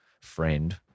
friend